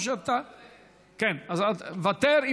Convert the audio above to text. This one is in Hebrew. מוותר.